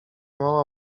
mała